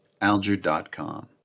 Alger.com